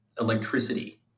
electricity